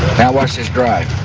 now watch this drive.